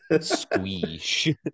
Squeeze